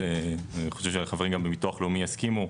אני חושב שחברי גם בביטוח לאומי יסכימו,